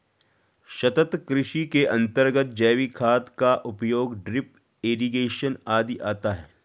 सतत् कृषि के अंतर्गत जैविक खाद का उपयोग, ड्रिप इरिगेशन आदि आता है